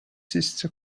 sister